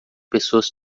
pessoas